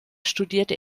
studierte